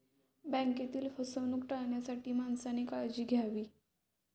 बँकेतील फसवणूक टाळण्यासाठी माणसाने काळजी घ्यावी